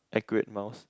accurate mouse